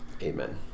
Amen